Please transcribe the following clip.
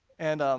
and